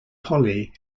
poly